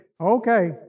okay